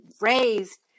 raised